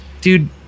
dude